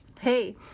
Hey